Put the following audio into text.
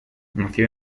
nació